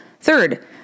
Third